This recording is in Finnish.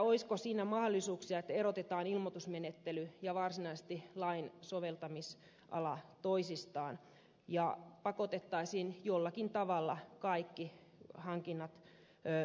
olisiko siinä mahdollisuuksia että erotetaan ilmoitusmenettely ja varsinaisesti lain soveltamisala toisistaan ja pakotettaisiin jollakin tavalla kaikki hankinnat julkisuuteen